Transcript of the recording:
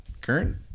current